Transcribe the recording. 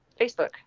Facebook